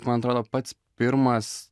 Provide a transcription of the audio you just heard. man atrodo pats pirmas